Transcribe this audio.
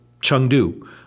Chengdu